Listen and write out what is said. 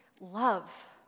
love